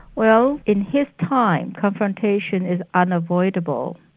well, in his time, confrontation is unavoidable.